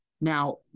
now